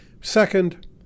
Second